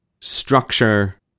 structure